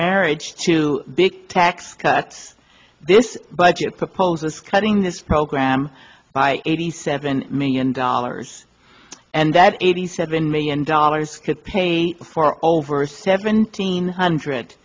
marriage to big tax cuts this budget proposes cutting this program by eighty seven million dollars and that eighty seven million dollars could pay for over seventeen hundred